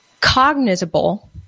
cognizable